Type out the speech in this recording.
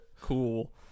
cool